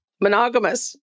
Monogamous